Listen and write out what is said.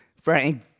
Frank